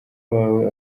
wawe